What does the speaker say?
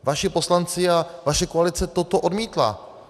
Vaši poslanci a vaše koalice toto odmítla.